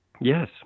Yes